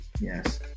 Yes